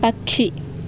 പക്ഷി